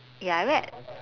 ya I read